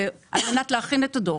על מנת להכין את הדוח.